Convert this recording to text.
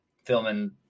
Filming